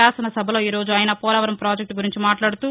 శాసనసభలో ఈరోజు ఆయన పోలవరం ప్రాజెక్టు గురించి మాట్లాడుతూ